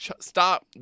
Stop